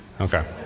Okay